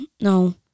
no